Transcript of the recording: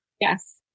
Yes